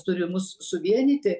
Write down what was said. turi mus suvienyti